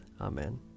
Amen